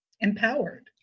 empowered